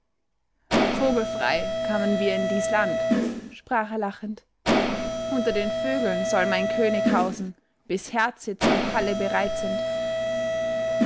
vogelfrei kamen wir in dies land sprach er lachend unter den vögeln soll mein könig hausen bis herdsitz und halle bereitet ist